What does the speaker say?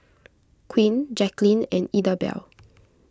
Quinn Jacquelynn and Idabelle